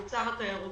פנינו למשרד התיירות